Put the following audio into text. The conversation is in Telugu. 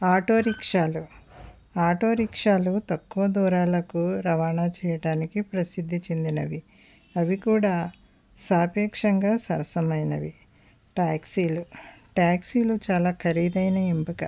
ఆటో రిక్షాలు ఆటో రిక్షాలు తక్కువ దూరాలకు రవాణా చేయడానికి ప్రసిద్ధి చెందినవి అవి కూడా సాపేక్షంగా సరసమైనవి టాక్సీలు టాక్సీలు చాలా ఖరీదైన ఎంపిక